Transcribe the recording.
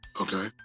okay